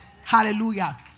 Hallelujah